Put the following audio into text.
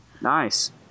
Nice